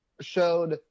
showed